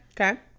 Okay